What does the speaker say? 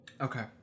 Okay